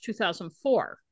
2004